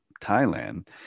thailand